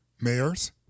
Mayors